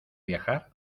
viajar